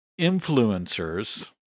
influencers